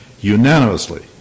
unanimously